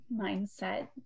mindset